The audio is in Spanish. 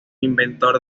inventor